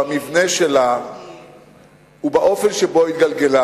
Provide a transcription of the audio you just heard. במבנה שלה ובאופן שבו התגלגלה,